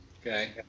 okay